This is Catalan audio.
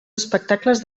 espectacles